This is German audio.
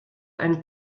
ein